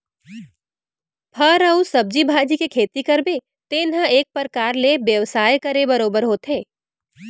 फर अउ सब्जी भाजी के खेती करबे तेन ह एक परकार ले बेवसाय करे बरोबर होथे